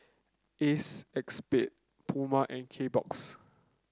Acexspade Pura and Kbox